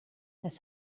das